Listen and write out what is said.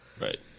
Right